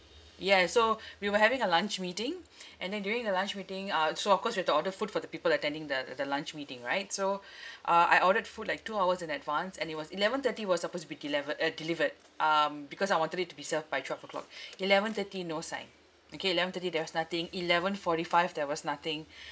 yes so we were having a lunch meeting and then during the lunch meeting uh so of course we have to order food for the people attending the the lunch meeting right so uh I ordered food like two hours in advance and it was eleven thirty it was supposed to be delivered uh delivered um because I wanted it to be served by twelve O'clock eleven thirty no sign okay eleven thirty there was nothing eleven forty five there was nothing